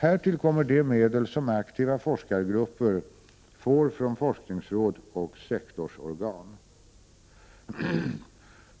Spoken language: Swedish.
Härtill kommer de medel som aktiva forskargrupper får från forskningsråd och sektorsorgan.